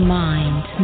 mind